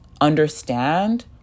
understand